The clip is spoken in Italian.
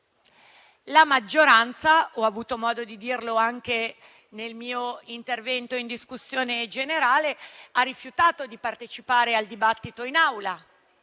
la maggioranza - ho avuto modo di dirlo anche nel mio intervento in discussione generale - ha rifiutato di partecipare al dibattito in Aula;